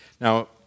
Now